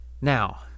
Now